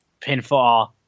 pinfall